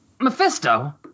Mephisto